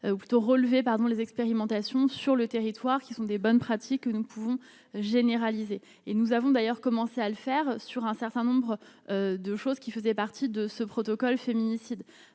ou plutôt relevé, pardon, les expérimentations sur le territoire qui sont des bonnes pratiques que nous pouvons généralisée et nous avons d'ailleurs commencé à le faire sur un certain nombre de choses qui faisaient partie de ce protocole féminicide